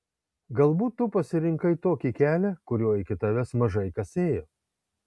galbūt tu pasirinkai tokį kelią kuriuo iki tavęs mažai kas ėjo